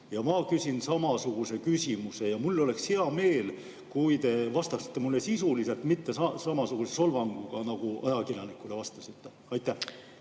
Ma küsin samasuguse küsimuse ja mul oleks hea meel, kui te vastaksite mulle sisuliselt, mitte samasuguse solvanguga, nagu te ajakirjanikule vastasite. Aitäh!